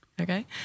Okay